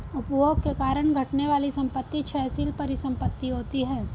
उपभोग के कारण घटने वाली संपत्ति क्षयशील परिसंपत्ति होती हैं